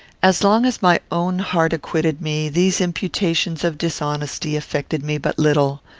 as long as my own heart acquitted me, these imputations of dishonesty affected me but little.